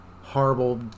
horrible